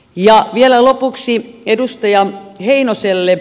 ja vielä lopuksi edustaja heinoselle